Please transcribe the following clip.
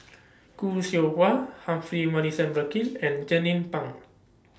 Khoo Seow Hwa Humphrey Morrison Burkill and Jernnine Pang